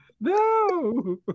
no